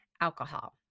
alcohol